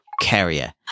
carrier